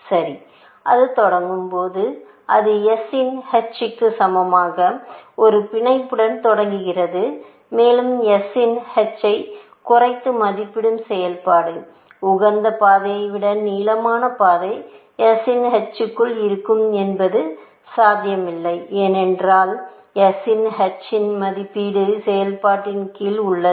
சரி அது தொடங்கும் போது அது s இன் h க்கு சமமான ஒரு பிணைப்புடன் தொடங்குகிறது மேலும் s இன் h ஐ குறைத்து மதிப்பிடும் செயல்பாடு உகந்த பாதையை விட நீளமான பாதை s இன் h க்குள் இருக்கும் என்பது சாத்தியமில்லை ஏனென்றால் s இன் h என்பது மதிப்பீட்டு செயல்பாட்டின் கீழ் உள்ளது